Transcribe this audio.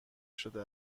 شده